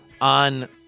on